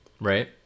Right